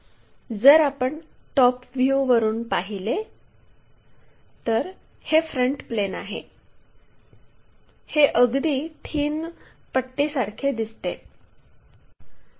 जर आपण टॉप व्ह्यूवरून पाहिले तर हे फ्रंट प्लेन आहे हे अगदी थिन पट्टीसारखे दिसते